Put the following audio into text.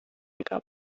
nekā